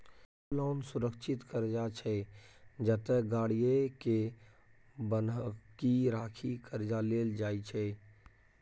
auto loan सुरक्षित करजा छै जतय गाड़ीए केँ बन्हकी राखि करजा लेल जाइ छै